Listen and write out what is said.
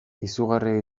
izugarria